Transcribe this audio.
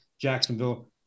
Jacksonville